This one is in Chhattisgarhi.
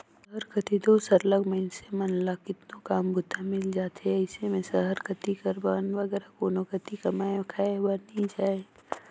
सहर कती दो सरलग मइनसे मन ल केतनो काम बूता मिल जाथे अइसे में सहर कती कर मन बगरा कोनो कती कमाए खाए बर नी जांए